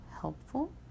helpful